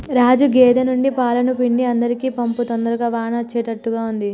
రాజు గేదె నుండి పాలను పిండి అందరికీ పంపు తొందరగా వాన అచ్చేట్టుగా ఉంది